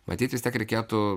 matyt vis tiek reikėtų